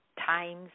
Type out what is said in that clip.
times